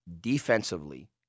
Defensively